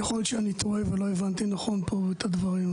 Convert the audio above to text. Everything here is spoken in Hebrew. יכול להיות שאני טועה ולא הבנתי נכון את הדברים,